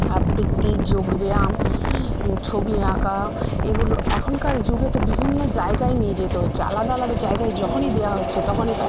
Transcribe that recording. আবৃত্তি যোগব্যায়াম ছবি আঁকা এগুলো এখনকার যুগে তো বিভিন্ন জায়গায় নিয়ে যেতে হচ্ছে আলাদা আলাদা জায়গায় যখনই দেওয়া হচ্ছে তখনই তার